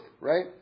right